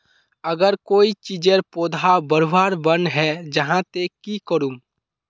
अगर कोई चीजेर पौधा बढ़वार बन है जहा ते की करूम?